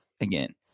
again